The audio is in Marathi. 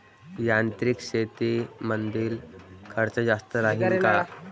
यांत्रिक शेतीमंदील खर्च जास्त राहीन का?